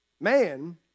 man